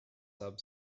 sub